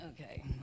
okay